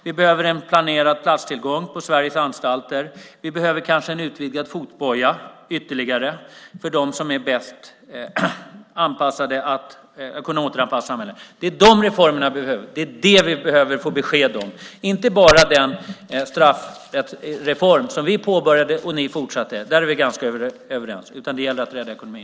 Vi behöver en planerad platstillgång på Sveriges anstalter. Vi behöver kanske en ytterligare utvidgad fotboja för dem som har bäst möjligheter att återanpassa sig i samhället. Det är de reformerna vi behöver. Det är det vi behöver få besked om. Det gäller inte bara den straffrättsreform som vi påbörjade och ni fortsatte, där vi är ganska överens, utan det gäller att rädda ekonomin.